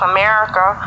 America